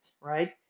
right